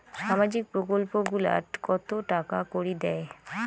সামাজিক প্রকল্প গুলাট কত টাকা করি দেয়?